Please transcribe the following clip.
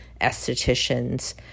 estheticians